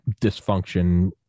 dysfunction